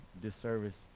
disservice